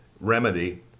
remedy